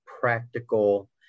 practical